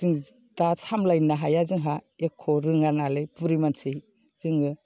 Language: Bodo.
जों दा सामलायनो हाया जोंहा एख' रोङा नालाय बुरै मानसि जोङो